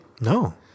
No